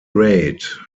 rate